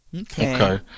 Okay